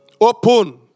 Open